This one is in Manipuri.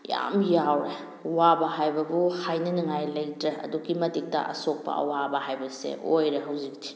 ꯌꯥꯝ ꯌꯥꯎꯔꯦ ꯋꯥꯕ ꯍꯥꯏꯕꯕꯨ ꯍꯥꯏꯅꯅꯤꯡꯉꯥꯏ ꯂꯩꯇ꯭ꯔꯦ ꯑꯗꯨꯛꯀꯤ ꯃꯇꯤꯛꯇ ꯑꯁꯣꯛꯄ ꯑꯋꯥꯕ ꯍꯥꯏꯕꯁꯦ ꯑꯣꯏꯔꯦ ꯍꯧꯖꯤꯛꯇꯤ